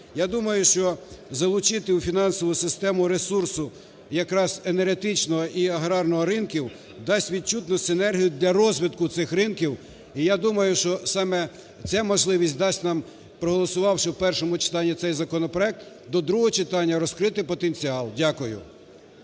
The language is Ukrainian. Я думаю, що залучити у фінансову систему ресурсу якраз енергетичного і аграрного ринків дасть відчутно синергію для розвитку цих ринків. І я думаю, що саме ця можливість дасть нам, проголосувавши в першому читанні цей законопроект, до другого читання розкрити потенціал. Дякую.